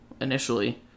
initially